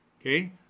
Okay